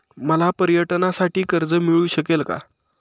मला पर्यटनासाठी कर्ज मिळू शकेल का?